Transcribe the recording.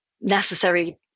necessary